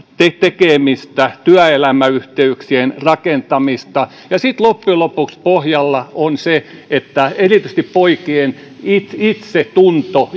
tekemistä työelämäyhteyksien rakentamista ja sitten loppujen lopuksi pohjalla on se että erityisesti poikien itsetuntoa